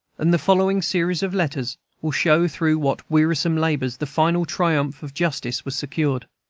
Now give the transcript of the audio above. and the following series of letters will show through what wearisome labors the final triumph of justice was secured.